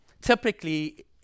typically